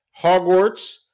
Hogwarts